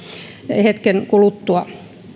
hetken kuluttua